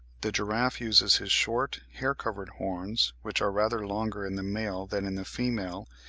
the giraffe uses his short, hair-covered horns, which are rather longer in the male than in the female,